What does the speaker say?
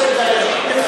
שאתה רוצה, ערבים.